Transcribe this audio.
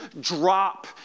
drop